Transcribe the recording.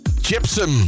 Gypsum